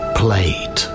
played